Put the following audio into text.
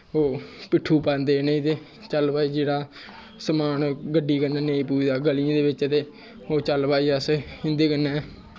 पिट्ठू पांदे इ'नें ते चल भाई जेह्ड़ा गड्डी कन्नै नेईं पुजदा ग'लियें च ते ओह् चल भाई अस इं'दे कन्नै